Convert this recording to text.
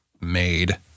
made